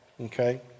okay